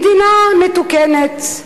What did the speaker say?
מדינה מתוקנת,